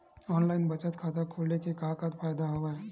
online बचत खाता खोले के का का फ़ायदा हवय